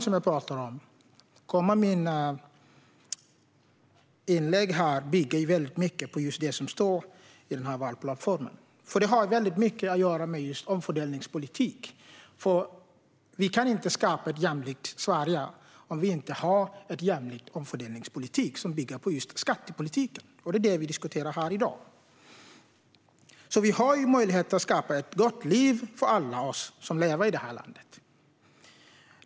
Mitt inlägg här bygger mycket på det som står i vår valplattform som jag talade om, Det har mycket att göra med just omfördelningspolitik. Vi kan inte skapa ett jämlikt Sverige om vi inte har en jämlik omfördelningspolitik som bygger just på skattepolitiken. Det är det som vi diskuterar här i dag. Vi har möjligheter att skapa ett gott liv för alla oss som lever i detta land.